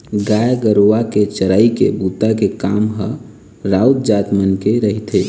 गाय गरुवा के चरई के बूता के काम ह राउत जात मन के रहिथे